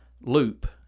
loop